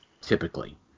typically